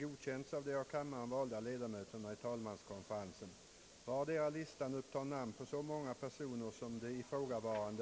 godkänts av de av kammaren valda ledamöterna i talmanskonfe